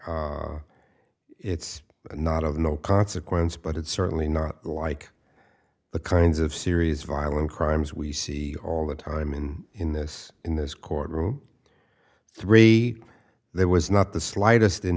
speeding it's not of no consequence but it's certainly not like the kinds of serious violent crimes we see all the time in in this in this courtroom three there was not the slightest in